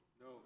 No